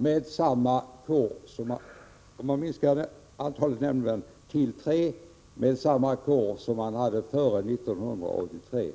Minskar man antalet nämndemän till tre, och kåren är lika stor som under 1983,